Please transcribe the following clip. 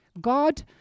God